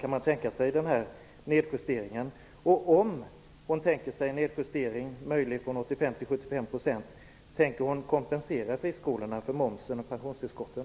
Och om hon tänker sig en möjlig nedjustering från 85 till 75 %, tänker hon kompensera friskolorna för momsen och pensionstillskotten?